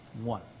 One